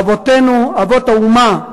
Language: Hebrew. אבותינו, אבות האומה,